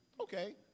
Okay